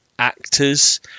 Actors